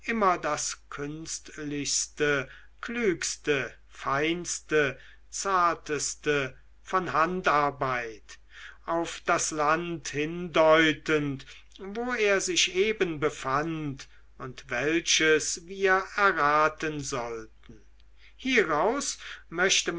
immer das künstlichste klügste feinste zarteste von handarbeit auf das land hindeutend wo er sich eben befand und welches wir erraten sollten hieraus möchte